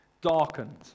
Darkened